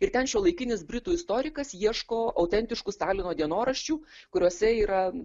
ir ten šiuolaikinis britų istorikas ieško autentiškų stalino dienoraščių kuriuose yra